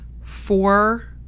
four